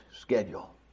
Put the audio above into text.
schedule